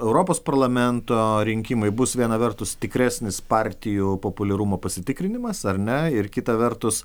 europos parlamento rinkimai bus viena vertus tikresnis partijų populiarumo pasitikrinimas ar ne ir kita vertus